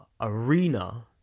arena